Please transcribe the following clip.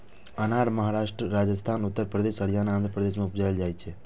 अनार महाराष्ट्र, राजस्थान, उत्तर प्रदेश, हरियाणा, आंध्र प्रदेश मे उपजाएल जाइ छै